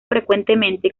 frecuentemente